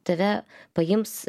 tave paims